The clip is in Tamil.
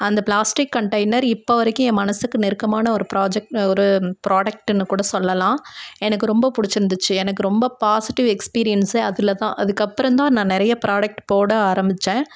அந்த பிளாஸ்டிக் கண்டெய்னர் இப்போ வரைக்கும் என் மனசுக்கு நெருக்கமான ஒரு ப்ராஜெக்ட் ஒரு ப்ராடக்ட்டுன்னு கூட சொல்லலாம் எனக்கு ரொம்ப பிடிச்சிருந்துச்சி எனக்கு ரொம்ப பாசிட்டிவ் எக்ஸ்பீரியன்ஸே அதில் தான் அதுக்கு அப்பறந்தான் நான் நிறைய ப்ராடக்ட் போட ஆரம்பிச்சேன்